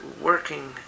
working